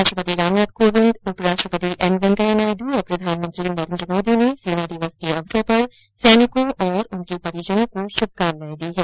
राष्ट्रपति रामनाथ कोविंद उपराष्ट्रपति एम वेंकैया नायडू और प्रधानमंत्री नरेन्द्र मोदी ने सेना दिवस के अवसर पर सैनिकों और उनके परिजनों को शभकामनाएं दी हैं